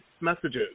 messages